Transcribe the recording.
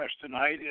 tonight